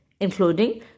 including